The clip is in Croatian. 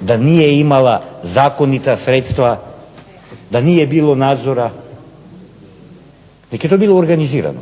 da nije imala zakonita sredstva, da nije bilo nadzora, nek je to bilo organizirano.